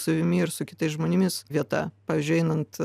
savimi ir su kitais žmonėmis vieta pavyzdžiui einant